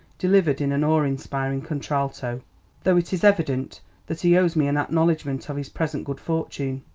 delivered in an awe-inspiring contralto though it is evident that he owes me an acknowledgment of his present good fortune.